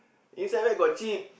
inside where got cheat